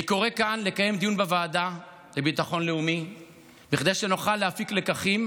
אני קורא כאן לקיים דיון בוועדה לביטחון לאומי כדי שנוכל להפיק לקחים,